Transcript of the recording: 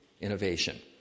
innovation